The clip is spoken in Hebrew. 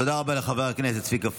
תודה רבה לחבר הכנסת צביקה פוגל.